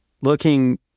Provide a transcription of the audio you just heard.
looking